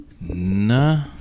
Nah